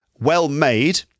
well-made